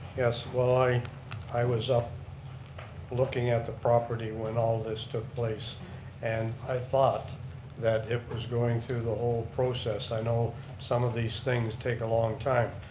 yes, well i i was up looking at the property when all of this took place and i thought that it was going through the whole process. i know some of these things take a long time,